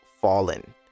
fallen